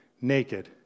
naked